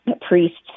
priests